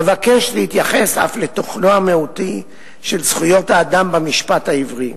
אבקש להתייחס אף לתוכנן המהותי של זכויות האדם במשפט העברי.